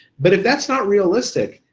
but if that's not realistic,